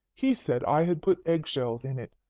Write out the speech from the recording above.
he said i had put egg-shells in it.